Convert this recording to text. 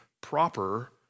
proper